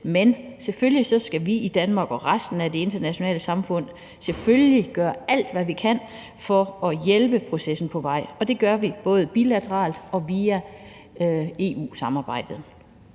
Men selvfølgelig skal Danmark og resten af det internationale samfund gøre alt, hvad vi kan, for at hjælpe processen på vej. Det gør vi både bilateralt og via EU-samarbejdet.